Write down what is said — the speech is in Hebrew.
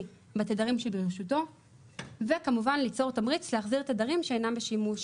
בתדרים שברשותו וכמובן ליצור תמריץ להחזיר תדרים שאינם בשימוש.